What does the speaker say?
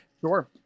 Sure